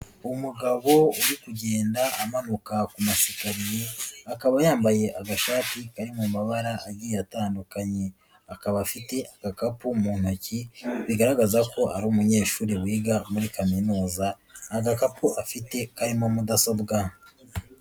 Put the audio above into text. Umugabo uri kugenda amanuka ku masikariye, akaba yambaye agashati kari mu mabara agiye atandukanye, akaba afite agakapu mu ntoki bigaragaza ko ari umunyeshuri wiga muri kaminuza, adakapo afite karimo mudasobwabwa.